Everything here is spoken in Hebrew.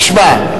תשמע,